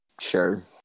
sure